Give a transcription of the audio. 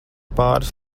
pāris